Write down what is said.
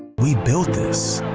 we built this,